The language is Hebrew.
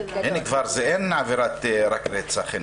כבר אין רק עבירת רצח.